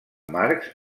marcs